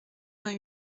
vingt